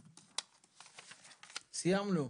סיימנו.